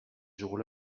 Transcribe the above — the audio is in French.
jour